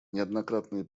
неоднократные